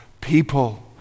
people